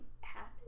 happen